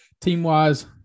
team-wise